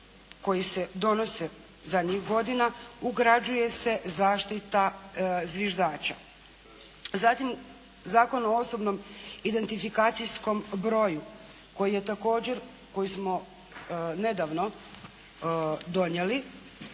koji se donose zadnjih godina ugrađuje se zaštita zviždača. Zatim Zakon o osobnom identifikacijskom broju koji je također,